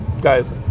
guys